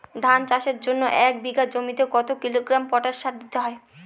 ধান চাষের জন্য এক বিঘা জমিতে কতো কিলোগ্রাম পটাশ সার দিতে হয়?